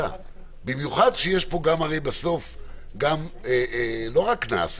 במיוחד שיש פה הרי בסוף לא רק קנס,